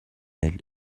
elle